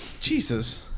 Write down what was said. Jesus